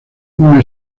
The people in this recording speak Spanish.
una